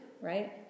right